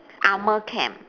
armour camp